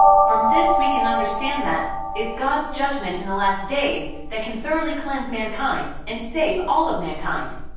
from this we can understand that it's god's judgment in the last days that can thoroughly cleanse mankind and save all of mankind.